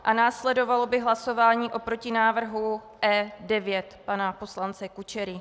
A následovalo by hlasování o protinávrhu E9 pana poslance Kučery.